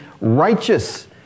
righteous